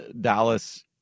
Dallas